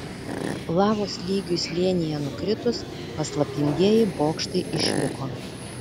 lavos lygiui slėnyje nukritus paslaptingieji bokštai išliko